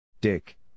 Dick